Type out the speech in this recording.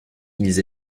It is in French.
ils